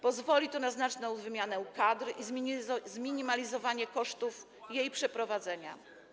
Pozwoli to na znaczną wymianę kadr i zminimalizowanie kosztów jej przeprowadzenia.